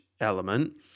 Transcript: element